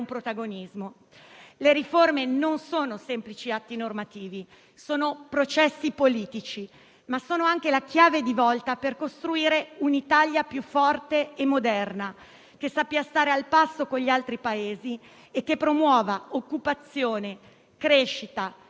protagonisti. Le riforme non sono semplici atti normativi; sono processi politici, ma anche la chiave di volta per costruire un'Italia più forte e moderna, che sappia stare al passo con gli altri Paesi e che promuova occupazione, crescita